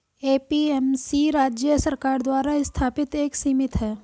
APMC राज्य सरकार द्वारा स्थापित एक समिति है